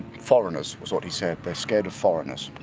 foreigners, was what he said. they're scared of foreigners.